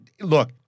look